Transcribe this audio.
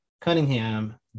Cunningham